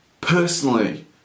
personally